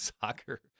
soccer